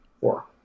Four